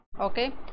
Okay